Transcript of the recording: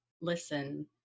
listen